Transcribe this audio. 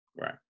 Right